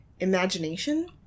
imagination